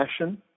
passion